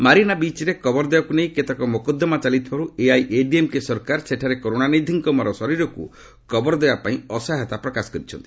Marina ବିଚ୍ରେ କବର ଦେବାକୁ ନେଇ କେତେକ ମୋକଦ୍ଦମା ଚାଲିଥିବାରୁ ଏଆଇଏଡିଏମ୍କେ ସରକାର ସେଠାରେ କରୁଣାନିଧିଙ୍କ ମରଶରୀରକୁ କବର ଦେବା ପାଇଁ ଅସହାୟତା ପ୍ରକାଶ କରିଛନ୍ତି